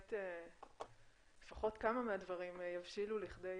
ובאמת לפחות כמה מהדברים יבשילו לכדי